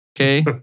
okay